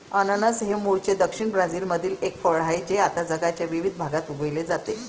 अननस हे मूळचे दक्षिण ब्राझीलमधील एक फळ आहे जे आता जगाच्या विविध भागात उगविले जाते